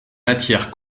matières